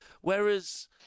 Whereas